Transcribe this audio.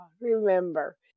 remember